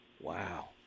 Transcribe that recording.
Wow